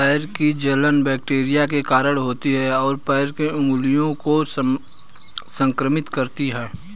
पैर की जलन बैक्टीरिया के कारण होती है, और पैर की उंगलियों को संक्रमित करती है